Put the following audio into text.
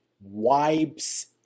wipes